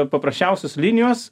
paprasčiausios linijos